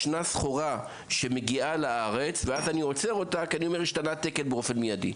יש סחורה שמגיעה לארץ ואני עוצר אותה כי השתנה התקן באופן מיידי.